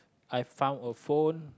I found a phone